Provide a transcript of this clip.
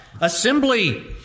Assembly